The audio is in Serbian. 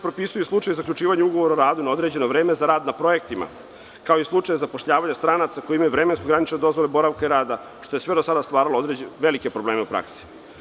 Propisuje se i slučaj zaključivanja ugovora o radu na određeno vreme za rad na projektima, kao i slučaj zapošljavanja stranaca koji imaju vremenski ograničene dozvole boravka rada, što je sve do sada stvaralo velike probleme u praksi.